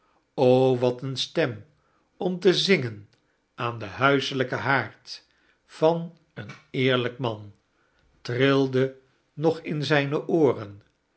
o wat eene stem om te zingen aan den huiselijken haaard van een eerlijk man trilde nog in zijne ooren